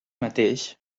mateix